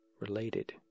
related